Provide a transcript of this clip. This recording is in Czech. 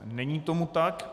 Není tomu tak.